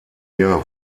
jahr